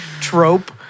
trope